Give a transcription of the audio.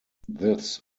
this